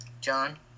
John